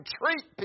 treat